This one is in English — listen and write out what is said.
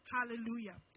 Hallelujah